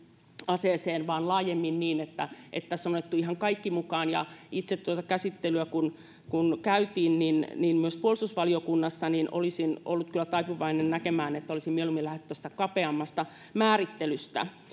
aseeseen vaan laajemmin niin että tässä on otettu ihan kaikki mukaan kun itse tuota käsittelyä käytiin niin niin myös puolustusvaliokunnassa olisin ollut kyllä taipuvainen näkemään niin että olisin mieluummin lähtenyt tästä kapeammasta määrittelystä